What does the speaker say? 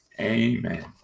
Amen